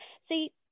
see